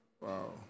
Wow